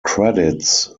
credits